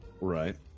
Right